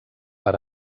per